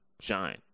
shine